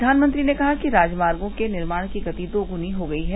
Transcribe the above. प्रधानमंत्री ने कहा कि राजमार्गो के निर्माण की गति दोग्नी हो गई है